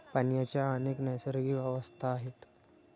पाण्याच्या अनेक नैसर्गिक अवस्था आहेत